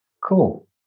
Cool